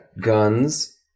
guns